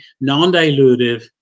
non-dilutive